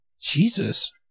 Jesus